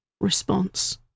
response